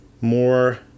more